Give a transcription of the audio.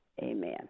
Amen